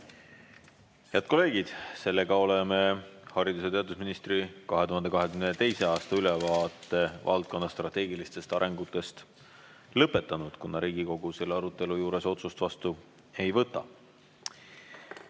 kolleegid! Oleme haridus‑ ja teadusministri 2022. aasta ülevaate valdkonna strateegilistest arengutest lõpetanud. Riigikogu selle arutelu juures otsust vastu ei võta.